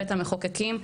בית המחוקקים,